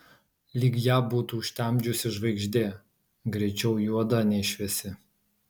lyg ją būtų užtemdžiusi žvaigždė greičiau juoda nei šviesi